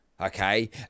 okay